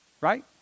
Right